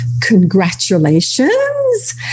Congratulations